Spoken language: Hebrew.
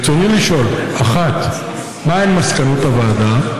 רצוני לשאול: 1. מהן מסקנות הוועדה?